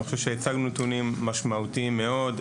אני חושב שהצגנו נתונים משמעותיים מאוד,